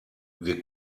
wir